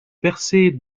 percée